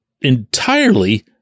entirely